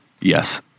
yes